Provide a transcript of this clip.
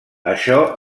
això